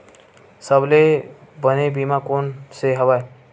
सबले बने बीमा कोन से हवय?